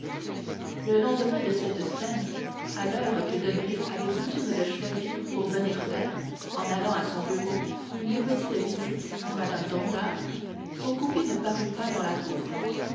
le lendemain de cette scène à l'heure que debray avait coutume de choisir pour venir faire en allant à son bureau une petite visite à mme danglars son coupé ne parut pas dans la cour